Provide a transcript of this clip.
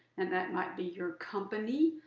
and that might be your company,